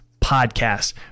podcast